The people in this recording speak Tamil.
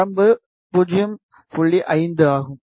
5 ஆகும்